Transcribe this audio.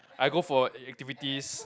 I go for activities